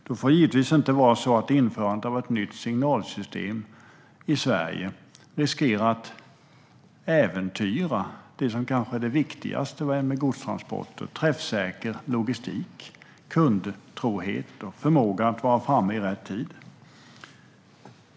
Det får givetvis inte vara så att införandet av ett nytt signalsystem i Sverige riskerar att äventyra det som kanske är det viktigaste vad gäller godstransporter, nämligen träffsäker logistik, kundtrohet och förmåga att vara framme i rätt tid.